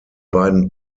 beiden